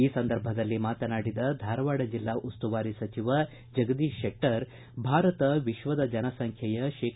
ಈ ಸಂದರ್ಭದಲ್ಲಿ ಮಾತನಾಡಿದ ಧಾರವಾಡ ಜಿಲ್ಲಾ ಉಸ್ತುವಾರಿ ಸಚಿವ ಜಗದೀಶ ಶೆಟ್ಟರ್ ಭಾರತ ವಿಶ್ವದ ಜನಸಂಖ್ಯೆಯ ಶೇ